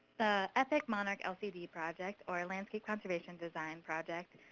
epic monarch lcd project, or landscape conservation design project,